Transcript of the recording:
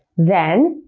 then,